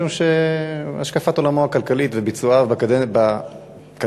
משום שהשקפת עולמו הכלכלית וביצועיו בקדנציה